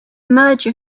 merger